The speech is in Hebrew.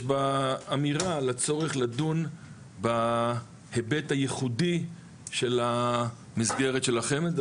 בה אמירה על הצורך לדון בהיבט הייחודי של המסגרת של החמ"ד,